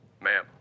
Ma'am